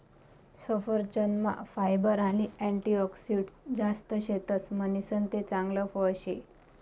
सफरचंदमा फायबर आणि अँटीऑक्सिडंटस जास्त शेतस म्हणीसन ते चांगल फळ शे